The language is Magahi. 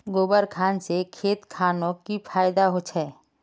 गोबर खान से खेत खानोक की फायदा होछै?